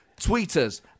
Tweeters